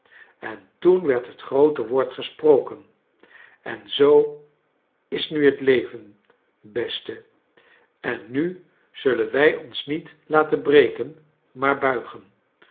en toen werd het groote woord gesproken en zoo is nu het leven beste en nu zullen wij ons niet laten breken maar buigen